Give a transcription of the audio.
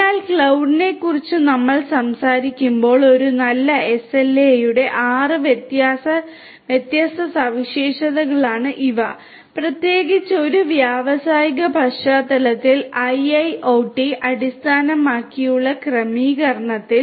അതിനാൽ ക്ലൌഡ്ക്കുറിച്ച് നമ്മൾ സംസാരിക്കുമ്പോൾ ഒരു നല്ല എസ്എൽഎയുടെ ആറ് വ്യത്യസ്ത സവിശേഷതകളാണ് ഇവ പ്രത്യേകിച്ച് ഒരു വ്യാവസായിക പശ്ചാത്തലത്തിൽ IIoT അടിസ്ഥാനമാക്കിയുള്ള ക്രമീകരണത്തിൽ